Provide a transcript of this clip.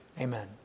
Amen